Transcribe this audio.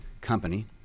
company